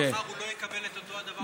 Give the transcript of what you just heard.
ומחר הוא לא יקבל את אותו הדבר בחינוך הרגיל.